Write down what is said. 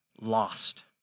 lost